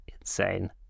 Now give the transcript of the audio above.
insane